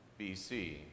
BC